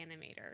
animator